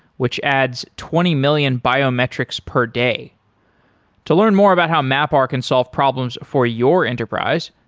which adds twenty million biometrics per day to learn more about how mapr can solve problems for your enterprise,